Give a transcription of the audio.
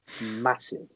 massive